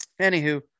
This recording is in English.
anywho